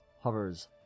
hovers